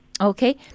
Okay